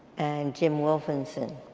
and jim wolfensohn